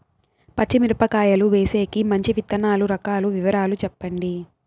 పచ్చి మిరపకాయలు వేసేకి మంచి విత్తనాలు రకాల వివరాలు చెప్పండి?